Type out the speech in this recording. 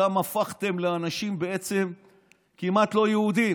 אותם הפכתם בעצם כמעט לאנשים לא יהודים.